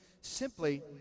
simply